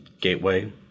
gateway